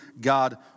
God